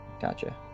Gotcha